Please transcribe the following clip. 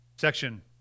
section